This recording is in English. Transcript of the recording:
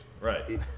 right